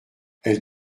elle